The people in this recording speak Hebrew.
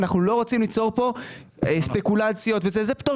אנחנו לא רוצים ליצור פה ספקולציות; זהו פטור